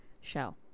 show